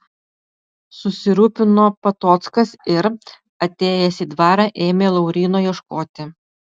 susirūpino patockas ir atėjęs į dvarą ėmė lauryno ieškoti